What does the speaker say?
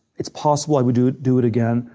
it's possible i would do would do it again.